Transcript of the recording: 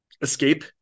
escape